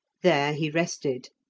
there he rested,